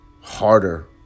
harder